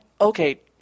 okay